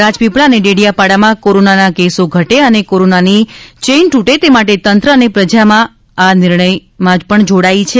રાજપીપળા અને ડેડીયાપાડામાં કોરોનાના કેસો ઘટે અને કોરોનની ચેન તૂટે તે માટે તંત્ર અને પ્રજા આ નિર્ણયમાં જોડાઈ છે